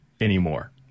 anymore